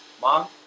mom